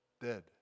dead